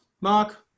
Mark